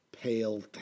pale